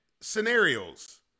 scenarios